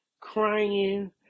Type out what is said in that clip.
crying